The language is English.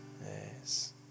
Yes